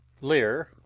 lear